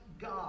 God